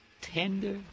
Tender